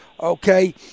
okay